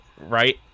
right